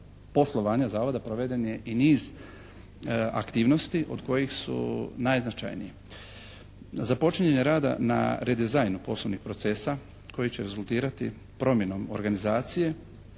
poslovanja Zavoda proveden je i niz aktivnosti od kojih su najznačajnije. Započinjanje rada na redizajnu poslovnih procesa koji će rezultirati promjenom organizacije